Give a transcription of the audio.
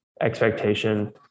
expectation